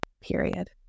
period